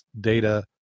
data